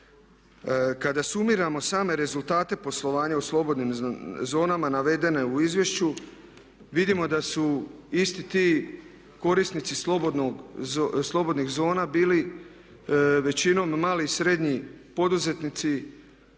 Kada sumiramo same rezultate poslovanja u slobodnim zonama navedene u izvješću vidimo da su isti ti korisnici slobodnih zona bili većinom mali i srednji poduzetnici